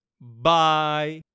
bye